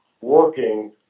working